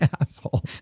asshole